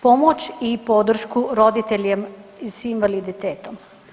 Pomoć i podršku roditelje s invaliditetom.